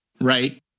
Right